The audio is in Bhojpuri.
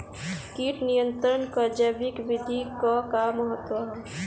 कीट नियंत्रण क जैविक विधि क का महत्व ह?